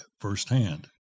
firsthand